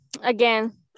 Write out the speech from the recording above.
again